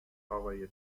آقای